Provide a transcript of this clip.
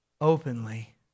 Openly